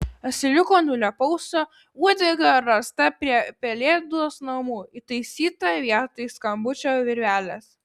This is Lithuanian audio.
asiliuko nulėpausio uodega rasta prie pelėdos namų įtaisyta vietoj skambučio virvelės